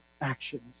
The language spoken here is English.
actions